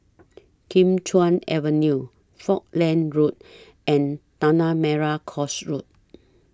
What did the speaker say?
Kim Chuan Avenue Falkland Road and Tanah Merah Coast Road